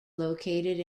located